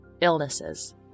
Illnesses